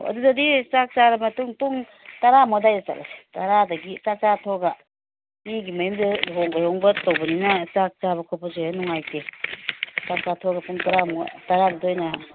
ꯑꯣ ꯑꯗꯨꯗꯗꯤ ꯆꯥꯛ ꯆꯥꯔ ꯃꯇꯨꯡ ꯄꯨꯡ ꯇꯔꯥꯃꯨꯛ ꯑꯗꯥꯏꯗ ꯆꯠꯂꯁꯤ ꯇꯔꯥꯗꯒꯤ ꯆꯥꯛ ꯆꯥꯊꯣꯛꯑꯒ ꯃꯤꯒꯤ ꯃꯌꯨꯝꯗꯨꯗ ꯂꯨꯍꯣꯡ ꯈꯣꯌꯣꯡꯕ ꯇꯧꯕꯅꯤꯅ ꯆꯥꯛ ꯆꯥꯕ ꯈꯣꯠꯄꯁꯨ ꯍꯦꯛ ꯅꯨꯡꯉꯥꯏꯇꯦ ꯆꯥꯛ ꯆꯥꯊꯣꯛꯑꯒ ꯄꯨꯡ ꯇꯔꯥꯃꯨꯛ ꯇꯔꯥ